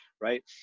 right